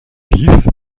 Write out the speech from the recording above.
vif